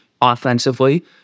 offensively